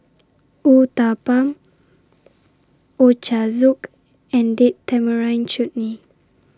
Uthapam Ochazuke and Date Tamarind Chutney